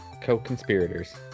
Co-conspirators